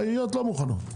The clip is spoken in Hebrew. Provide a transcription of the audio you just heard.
העיריות לא מוכנות.